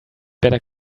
better